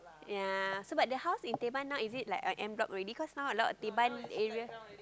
ya so but the house in Teban not is it like R_M block cause now a lot Teban area